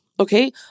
Okay